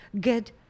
get